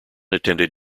attended